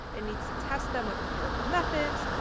and needs to test them with empirical methods,